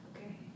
Okay